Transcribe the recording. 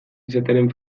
izatearen